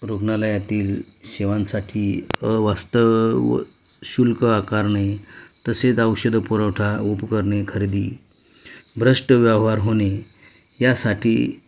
रुग्णालयातील सेवांसाठी अवास्तव शुल्क आकारणे तसेच औषधं पुरवठा उपकरणे खरेदी भ्रष्ट व्यवहार होणे यासाठी